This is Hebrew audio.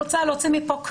יש פה השמצות.